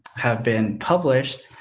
have been published,